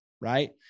right